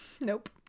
Nope